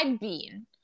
bean